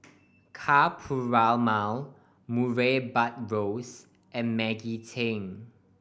Ka Perumal Murray Buttrose and Maggie Teng